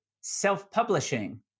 self-publishing